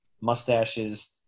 mustaches